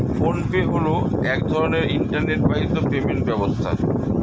phone pay হলো এক ধরনের ইন্টারনেট বাহিত পেমেন্ট ব্যবস্থা